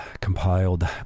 compiled